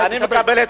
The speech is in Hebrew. אני מקבל את